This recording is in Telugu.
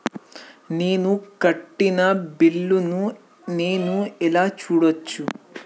నేను కట్టిన బిల్లు ను నేను ఎలా చూడచ్చు?